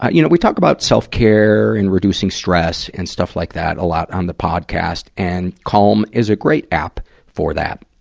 but you know, we talk about self-care and reducing stress and stuff like that a lot of um the podcast. and calm is a great app for that.